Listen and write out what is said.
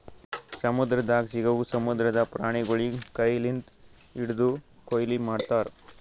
ಸಮುದ್ರದಾಗ್ ಸಿಗವು ಸಮುದ್ರದ ಪ್ರಾಣಿಗೊಳಿಗ್ ಕೈ ಲಿಂತ್ ಹಿಡ್ದು ಕೊಯ್ಲಿ ಮಾಡ್ತಾರ್